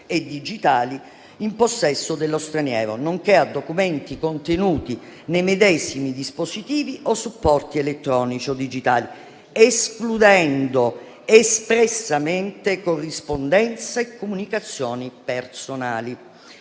e digitali in possesso dello straniero, nonché a documenti contenuti nei medesimi dispositivi o supporti elettronici o digitali, escludendo espressamente corrispondenza e comunicazioni personali.